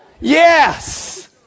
Yes